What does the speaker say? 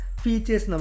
features